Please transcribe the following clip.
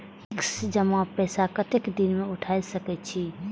Fix जमा पैसा कतेक दिन में उठाई सके छी?